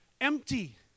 empty